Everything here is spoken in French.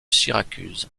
syracuse